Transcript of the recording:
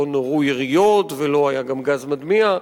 לא נורו יריות ולא היה גם גז מדמיע,